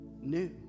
new